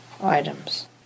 items